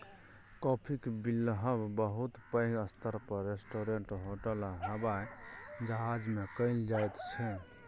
काफीक बिलहब बहुत पैघ स्तर पर रेस्टोरेंट, होटल आ हबाइ जहाज मे कएल जाइत छै